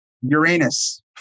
Uranus